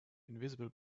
invisible